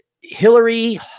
Hillary